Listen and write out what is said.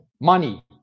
money